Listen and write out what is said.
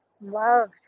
loved